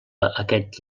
aquest